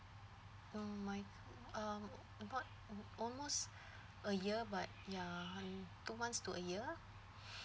hmm my um not almost a year but ya two months to a year